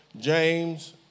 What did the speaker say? James